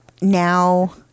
now